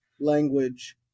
language